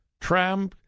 Tram